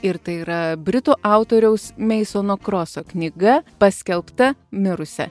ir tai yra britų autoriaus meisono kroso knyga paskelbta mirusia